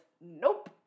nope